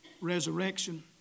resurrection